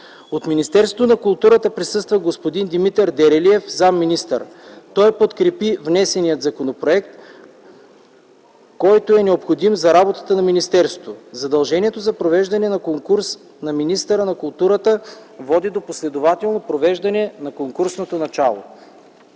От Министерството на културата присъства господин Димитър Дерелиев – заместник-министър. Той подкрепи внесения законопроект, който е необходим за работата на министерството. Задължението за провеждане на конкурс на министъра на културата води до последователно провеждане на конкурсното начало.